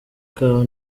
kabo